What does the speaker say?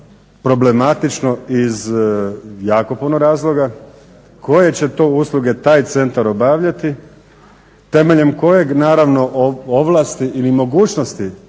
problematično iz jako puno razloga. Koje će to usluge taj centar obavljati? Temeljem koje ovlasti ili mogućnosti